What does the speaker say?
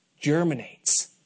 germinates